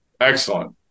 excellent